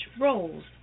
roles